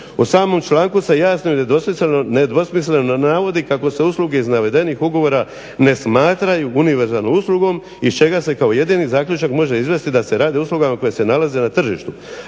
U samom članku se jasno i nedvosmisleno navodi kako se usluge iz navedenih ugovora ne smatraju univerzalnom uslugom iz čega se kao jedini zaključak može izvesti da se radi o uslugama koje se nalaze na tržištu.